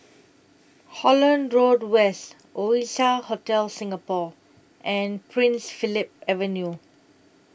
Holland Road West Oasia Hotel Singapore and Prince Philip Avenue